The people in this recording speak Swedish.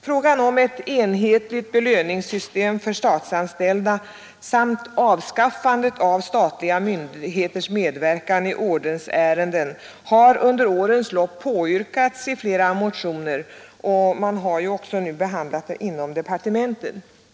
Frågan om ett enhetligt belöningssystem för statsanställda samt avskaffande av statliga myndigheters medverkan i ordensärenden har under årens lopp påyrkats i flera motioner, och man har ju nu också behandlat den inom departementen.